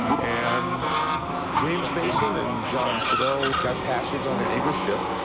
and james mason and john slidell got passage on an english ship,